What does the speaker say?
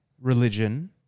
religion